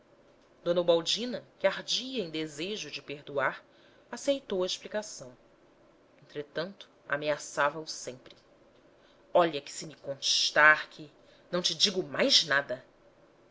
ubaldina que ardia em desejo de perdoar aceitou a explicação entretanto ameaçava o sempre olha que se me constar que não te digo mais nada